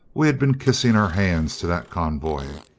we had been kissing our hands to that convoy.